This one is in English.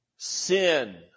Sin